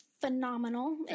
phenomenal